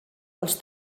dels